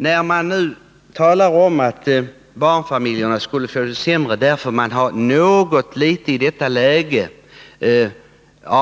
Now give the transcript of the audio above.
När man talar om att barnfamiljerna skulle få det sämre på grund av att livsmedelssubventionerna i detta läge har